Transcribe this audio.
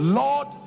lord